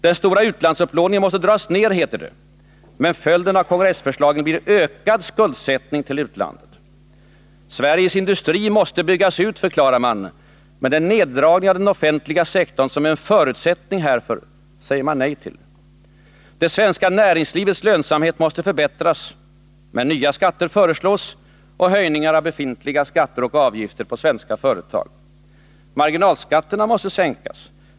Den stora utlandsupplåningen måste dras ner — heter det. Men följden av kongressförslagen blir ökad skuldsättning till utlandet. Sveriges industri måste byggas ut — förklarar man. Men den neddragning av den offentliga sektorn som är en förutsättning härför säger man nej till. Det svenska näringslivets lönsamhet måste förbättras. Men nya skatter föreslås och höjningar av befintliga skatter och avgifter på svenska företag. Marginalskatterna måste sänkas.